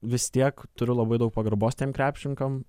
vis tiek turiu labai daug pagarbos tiem krepšininkam